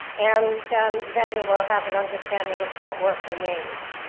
and then we will have an understanding of what work remains.